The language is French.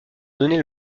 donner